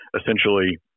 essentially